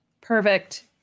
Perfect